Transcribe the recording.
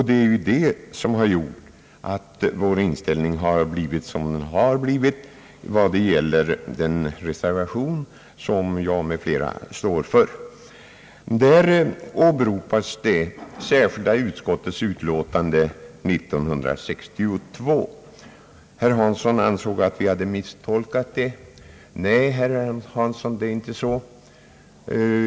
Detta har gjort att vår inställning har blivit så som den är i vad det gäller den reservation som jag och flera står för. Där åberopas det särskilda utskottets utlåtande år 1962. Herr Hansson ansåg att vi hade misstolkat det utlåtandet. Nej, herr Hansson, det är inte så.